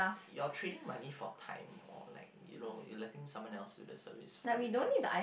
you're trading money for time or like you know you're letting someone else do the service for you is